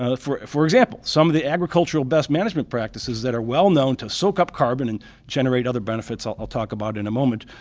ah for for example, some of the agricultural best management practices that are well known to soak up carbon and generate other benefits i'll talk about in a moment,